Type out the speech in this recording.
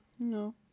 No